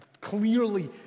Clearly